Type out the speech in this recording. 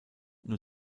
nur